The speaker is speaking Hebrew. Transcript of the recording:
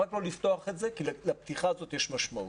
רק לא לפתוח את זה כי לפתיחה הזאת יש משמעות.